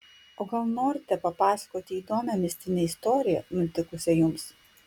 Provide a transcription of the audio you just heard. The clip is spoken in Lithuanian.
o gal norite papasakoti įdomią mistinę istoriją nutikusią jums